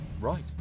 Right